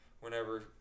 whenever